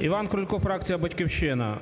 Іван Крулько, фракція "Батьківщина".